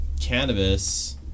cannabis